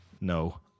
No